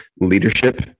leadership